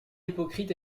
hypocrite